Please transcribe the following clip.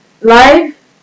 life